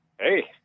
Hey